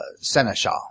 Seneschal